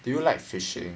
do you like fishing